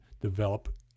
develop